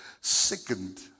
sickened